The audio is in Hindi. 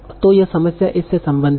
तो यह समस्या इस से संबंधित है